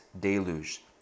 deluge